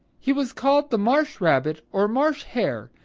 he was called the marsh rabbit or marsh hare,